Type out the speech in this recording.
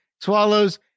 Swallows